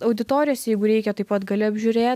auditorijas jeigu reikia taip pat gali apžiūrėt